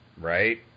Right